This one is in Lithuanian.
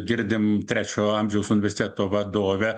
girdim trečiojo amžiaus universiteto vadovę